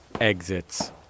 exits